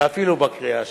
ואפילו בקריאה שלישית.